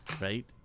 right